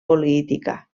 política